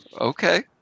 okay